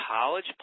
college